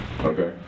Okay